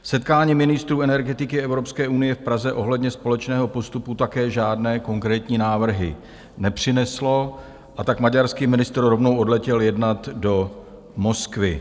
Setkání ministrů energetiky evropské unie v Praze ohledně společného postupu také žádné konkrétní návrhy nepřineslo, a tak maďarský ministr rovnou odletěl jednat do Moskvy.